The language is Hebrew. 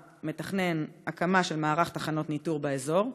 מתכנן הקמה של מערך תחנות ניטור באזור?